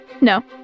no